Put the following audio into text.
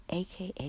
AKA